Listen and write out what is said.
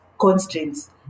constraints